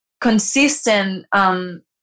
consistent